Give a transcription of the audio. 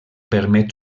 permet